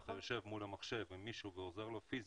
אתה יושב מול המחשב עם מישהו ועוזר לו פיזית,